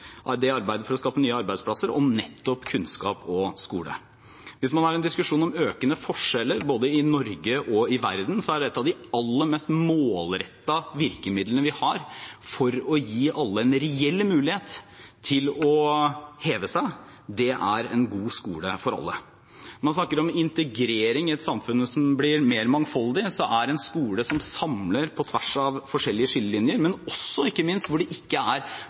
næringsutviklingen og arbeidet for å skape nye arbeidsplasser nettopp om kunnskap og skole. Hvis man har en diskusjon om økende forskjeller både i Norge og i verden, er et av de aller mest målrettede virkemidlene vi har for å gi alle en reell mulighet til å heve seg, en god skole for alle. Når man snakker om integrering i et samfunn som blir mer mangfoldig, er en skole som samler på tvers av forskjellige skillelinjer, men ikke minst også hvor det ikke er